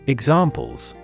Examples